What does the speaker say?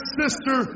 sister